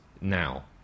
now